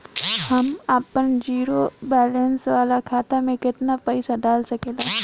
हम आपन zero balance वाला खाता मे केतना पईसा डाल सकेला?